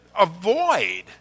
avoid